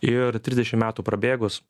ir trisdešimt metų prabėgus